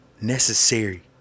necessary